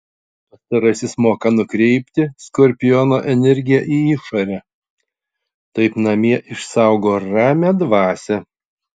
pastarasis moka nukreipti skorpiono energiją į išorę taip namie išsaugo ramią dvasią